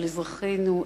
על אזרחינו,